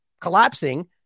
collapsing